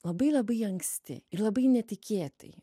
labai labai anksti ir labai netikėtai